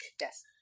Yes